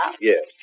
Yes